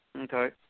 Okay